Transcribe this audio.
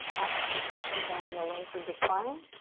up and down the length of the spine.